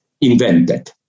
invented